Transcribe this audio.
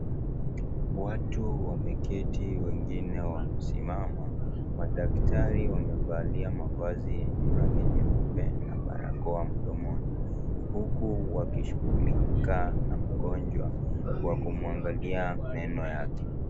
Watu wameketi wengine wamesimama, madaktari wamevalia mavazi ya rangi nyeupe na barakoa mdomoni huku wakishughulika na mgonjwa kwa kumwangilia meno yake.